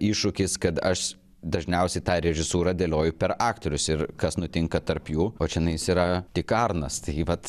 iššūkis kad aš dažniausiai tą režisūrą dėlioju per aktorius ir kas nutinka tarp jų o čionais yra tik arnas tai vat